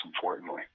importantly